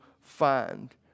find